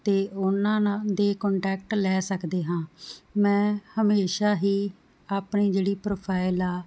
ਤੇ ਉਹਨਾਂ ਦੀ ਕੋਂਟੈਕਟ ਲੈ ਸਕਦੇ ਹਾਂ ਮੈਂ ਹਮੇਸ਼ਾ ਹੀ ਆਪਣੀ ਜਿਹੜੀ ਪ੍ਰੋਫਾਈਲ ਆ